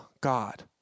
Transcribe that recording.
God